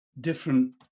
different